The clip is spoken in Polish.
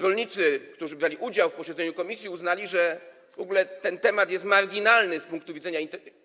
Rolnicy, którzy brali udział w posiedzeniu komisji, uznali, że w ogóle ten temat jest marginalny z punktu widzenia